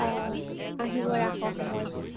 অঁ আহিব ৰাসৰ সময়ত